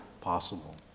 possible